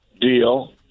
deal